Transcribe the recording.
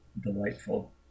delightful